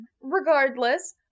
Regardless